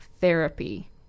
therapy